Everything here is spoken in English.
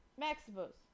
Maximus